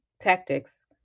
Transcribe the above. tactics